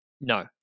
No